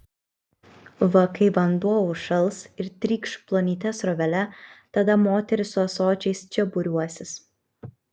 va kai vanduo užšals ir trykš plonyte srovele tada moterys su ąsočiais čia būriuosis